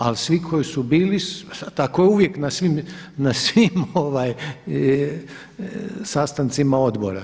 Ali svi koji su bili, tako je uvijek na svim sastancima odbora.